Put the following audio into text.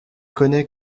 connais